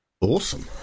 Awesome